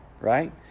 right